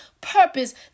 purpose